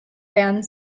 band